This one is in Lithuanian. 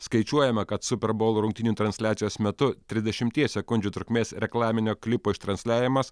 skaičiuojama kad super boul rungtynių transliacijos metu trisdešimties sekundžių trukmės reklaminio klipo ištransliavimas